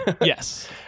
Yes